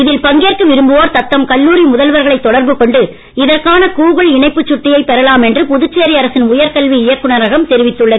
இதில் பங்கேற்க விரும்புவோர் தத்தம் கல்லூரி முதல்வர்களை தொடர்பு கொண்டு இதற்கான கூகுள் இணைப்புச் சுட்டியை பெறலாம் என்று புதுச்சேரி அரசின் உயர்கல்வி இயக்குநரகம் அறிவித்துள்ளது